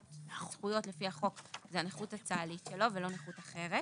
נכותו הכוללת בשל מחלת הלב אינה פחותה -50 אחוזים.